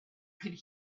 could